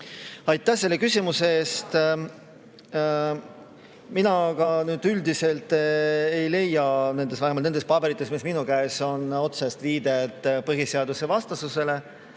Aitäh selle küsimuse eest! Mina ka üldiselt ei leia vähemalt nendest paberitest, mis minu käes on, otsest viidet põhiseadusvastasusele.